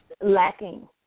lacking